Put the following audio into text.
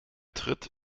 tritt